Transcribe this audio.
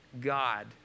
God